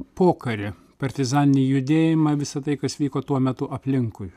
pokarį partizaninį judėjimą visa tai kas vyko tuo metu aplinkui